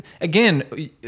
again